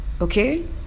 okay